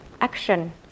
action